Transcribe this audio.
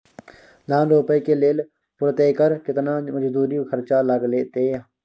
धान रोपय के लेल प्रति एकर केतना मजदूरी खर्चा लागतेय?